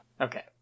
Okay